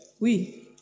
Oui